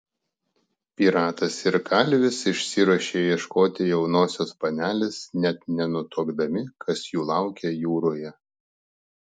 piratas ir kalvis išsiruošia ieškoti jaunosios panelės net nenutuokdami kas jų laukia jūroje